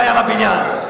בבניין.